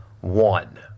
one